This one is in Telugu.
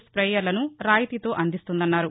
స్పేయర్లను రాయితీతో అందిస్తోందన్నారు